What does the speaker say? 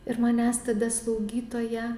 ir manęs tada slaugytoja